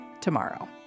tomorrow